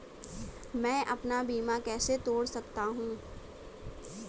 मैं अपना बीमा कैसे तोड़ सकता हूँ?